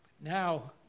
Now